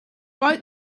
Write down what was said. wrote